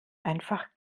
einfach